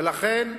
ולכן,